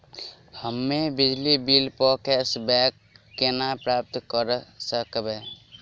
हम्मे बिजली बिल प कैशबैक केना प्राप्त करऽ सकबै?